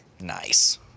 Nice